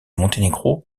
monténégro